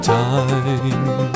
time